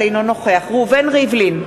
אינו נוכח ראובן ריבלין,